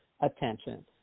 attention